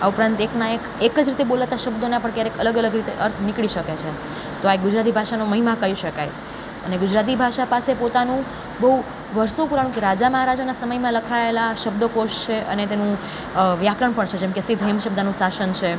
આ ઉપરાંત એકના એક એક જ રીતે બોલતા શબ્દોના પણ ક્યારેક અલગ અલગ રીતે અર્થ નીકળી શકે છે તો આ એક ગુજરાતી ભાષાનો મહિમા કહી શકાય ગુજરાતી ભાષા પાસે પોતાનું બહુ વર્ષો પુરાણ કે રાજા મહારાજાના સમયમાં લખાયેલા શબ્દકોશ છે અને તેનું વ્યાકરણ પણ છે જેમ કે સિદ્ધહેમશબ્દાનુશાસન છે